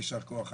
יישר כוח.